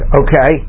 okay